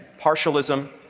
partialism